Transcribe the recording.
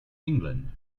england